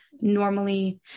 normally